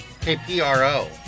K-P-R-O